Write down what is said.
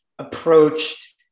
approached